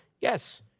yes